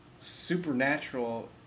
Supernatural